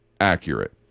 accurate